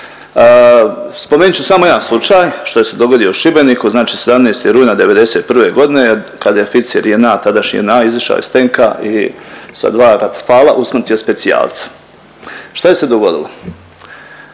Spomenut ću samo jedan slučaj što je se dogodio u Šibeniku znači 17. rujna '91.g. kad je oficir JNA tadašnje JNA izašao iz tenka i sa dva rafala usmrtio specijalca. Šta je se dogodilo?